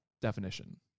definition